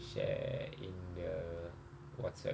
we share in the WhatsApp